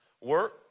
work